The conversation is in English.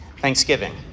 Thanksgiving